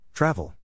Travel